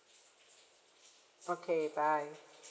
okay bye